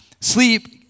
sleep